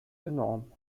enorm